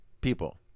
People